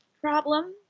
problem